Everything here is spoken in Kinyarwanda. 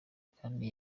kandi